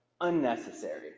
unnecessary